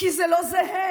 כי זה לא זהה.